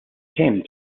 came